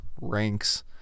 ranks